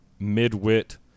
midwit